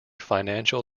financial